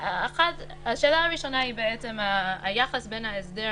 השאלה הראשונה היא היחס בין ההסדר